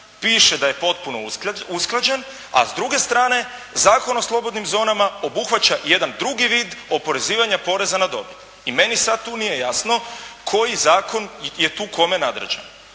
piše da je potpuno usklađen, a s druge strane Zakon o slobodnim zonama obuhvaća jedan drugi vid oporezivanja poreza na dobit i meni sada tu nije jasno, koji zakon je tu kome nadređen.